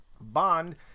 Bond